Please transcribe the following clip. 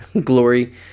glory